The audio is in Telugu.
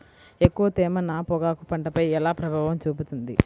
ఎక్కువ తేమ నా పొగాకు పంటపై ఎలా ప్రభావం చూపుతుంది?